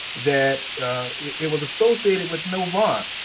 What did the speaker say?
that it was associated with novant.